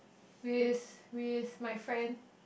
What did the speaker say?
with with my friend